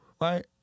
right